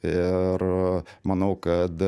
ir manau kad